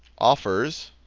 offers